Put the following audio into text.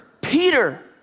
Peter